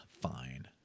fine